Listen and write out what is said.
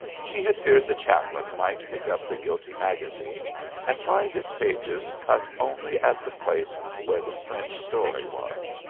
she had feared the chaplain might pick up the guilty magazine and find its pages cut only at the place where the french story was.